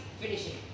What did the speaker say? finishing